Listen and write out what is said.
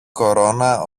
κορώνα